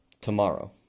Tomorrow